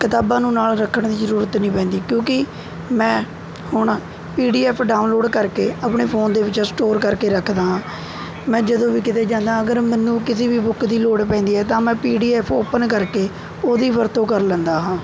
ਕਿਤਾਬਾਂ ਨੂੰ ਨਾਲ਼ ਰੱਖਣ ਦੀ ਜ਼ਰੂਰਤ ਨਹੀਂ ਪੈਂਦੀ ਕਿਉਂਕਿ ਮੈਂ ਹੁਣ ਪੀ ਡੀ ਐੱਫ ਡਾਊਨਲੋਡ ਕਰਕੇ ਆਪਣੇ ਫ਼ੋਨ ਦੇ ਵਿੱਚ ਸਟੋਰ ਕਰਕੇ ਰੱਖਦਾ ਹਾਂ ਮੈਂ ਜਦੋਂ ਵੀ ਕਿਤੇ ਜਾਂਦਾ ਅਗਰ ਮੈਨੂੰ ਕਿਸੀ ਵੀ ਬੁੱਕ ਦੀ ਲੋੜ ਪੈਂਦੀ ਹੈ ਤਾਂ ਮੈਂ ਪੀ ਡੀ ਐੱਫ ਓਪਨ ਕਰਕੇ ਉਹਦੀ ਵਰਤੋਂ ਕਰ ਲੈਂਦਾ ਹਾਂ